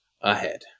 ahead